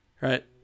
right